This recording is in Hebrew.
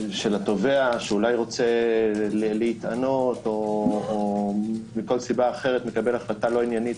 התובע שאולי רוצה להתענות או מכל סיבה אחרת מקבל החלטה לא עניינית,